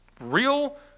real